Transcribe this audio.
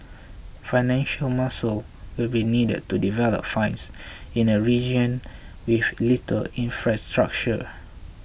financial muscle will be needed to develop finds in a region with little infrastructure